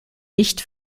nicht